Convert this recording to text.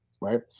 right